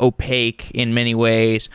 opaque in many ways.